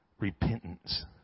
repentance